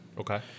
okay